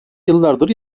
yıllardır